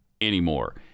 anymore